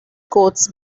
courts